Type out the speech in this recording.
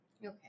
Okay